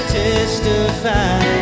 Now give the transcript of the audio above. testify